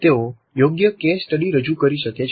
તેઓ યોગ્ય case study રજૂ કરી શકે છે